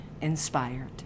inspired